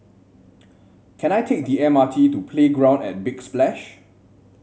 can I take the M R T to Playground at Big Splash